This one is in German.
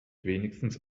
wenigstens